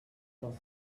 poc